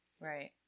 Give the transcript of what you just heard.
right